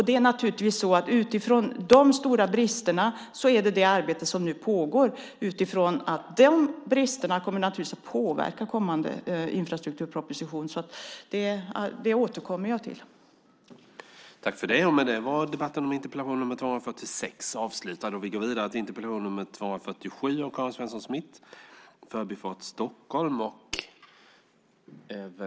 Det pågår nu ett arbete där hänsyn tas till dessa stora brister som naturligtvis kommer att påverka den kommande infrastrukturpropositionen. Jag återkommer till detta.